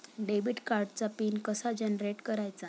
Debit कार्डचा PIN कसा generate करायचा?